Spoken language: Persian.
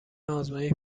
آزمایش